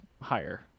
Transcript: higher